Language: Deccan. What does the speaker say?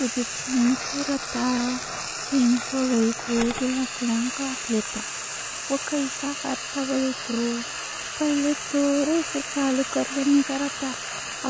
وہ جو چین سو رہتا، چین سو بلکہ، وہ جو لکڑاں کٹ لیتا۔ وہ کیسا کٹّا بولے تو، پہلے تو اسے چالو کر لینے کا رہتا،